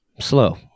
Slow